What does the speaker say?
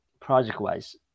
Project-wise